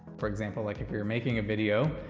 for example, like if you're making a video,